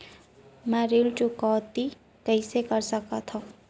मैं ऋण चुकौती कइसे कर सकथव?